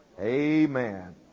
Amen